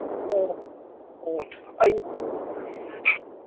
ꯑꯣ ꯑꯣ ꯑꯩ